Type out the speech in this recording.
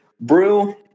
Brew